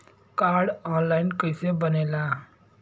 Card online कइसे बनेला?